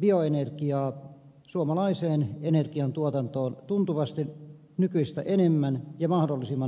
bioenergiaa suomalaiseen energiantuotantoon tuntuvasti nykyistä enemmän ja mahdollisimman nopeasti